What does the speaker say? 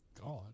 God